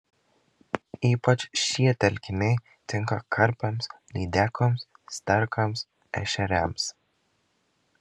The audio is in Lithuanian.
ypač šie telkiniai tinka karpiams lydekoms sterkams ešeriams